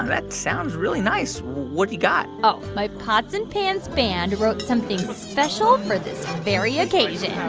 that sounds really nice. what do you got? oh. my pots and pans band wrote something special for this very occasion